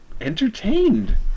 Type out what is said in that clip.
entertained